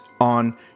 on